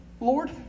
Lord